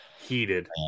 heated